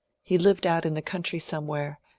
he lived out in the country somewhere,